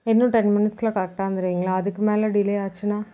இன்னும் டென் மினிட்ஸில் கரெக்டாக வந்துடுவீங்ளா அதுக்கு மேலே டிலே ஆச்சுன்னா